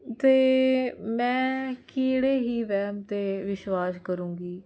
ਅਤੇ ਮੈਂ ਕਿਹੜੇ ਹੀ ਵਹਿਮ 'ਤੇ ਵਿਸ਼ਵਾਸ ਕਰੂੰਗੀ